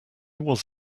was